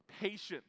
patience